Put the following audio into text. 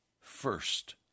first